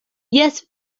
jes